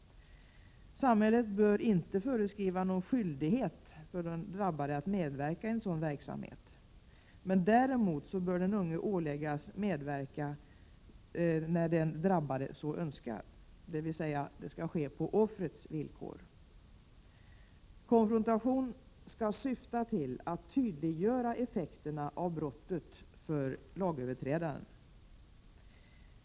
Samhället bör inte föreskriva någon skyldighet för den drabbade att medverka i en sådan verksamhet. Däremot bör den unge åläggas att medverka när den drabbade så önskar, dvs. det skall ske på offrets villkor. Konfrontation skall syfta till att tydliggöra effekterna av brottet för lagöverträdaren.